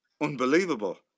unbelievable